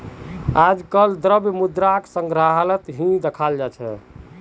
आजकल द्रव्य मुद्राक संग्रहालत ही दखाल जा छे